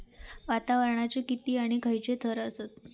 वातावरणाचे किती आणि खैयचे थर आसत?